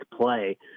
play